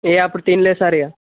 ఏ అప్పుడు తినలేదు సార్ ఇక